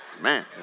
Man